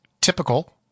typical